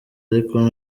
ariko